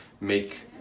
make